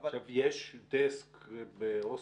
אבל --- יש דסק באוסינט,